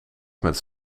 met